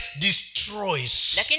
destroys